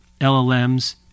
LLMs